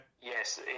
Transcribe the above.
Yes